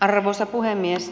arvoisa puhemies